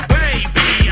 baby